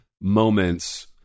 moments